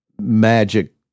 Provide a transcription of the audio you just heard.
magic